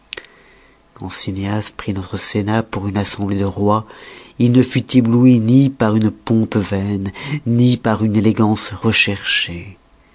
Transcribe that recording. cynéas prit notre sénat pour une assemblée de rois il ne fut ébloui ni par une pompe vaine ni par une élégance recherchée